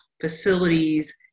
facilities